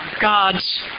God's